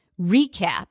recap